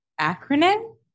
Acronym